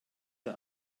der